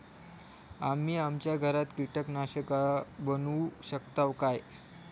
आम्ही आमच्या घरात कीटकनाशका बनवू शकताव काय?